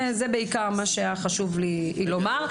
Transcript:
זה בעיקר מה שהיה חשוב לי לומר.